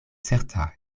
certa